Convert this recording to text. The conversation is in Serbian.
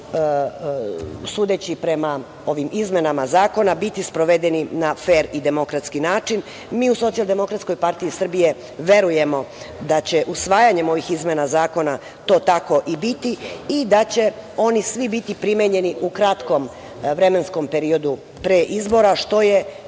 sudeći prema ovim izmenama zakona, biti sprovedeni na fer i demokratski način. Mi u SDPS verujemo da će usvajanjem ovih izmena zakona to tako i biti, i da će oni svi biti primenjeni u kratkom vremenskom periodu pre izbora što je